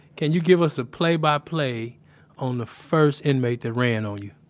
can you give us a play by play on the first inmate that ran on you?